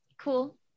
cool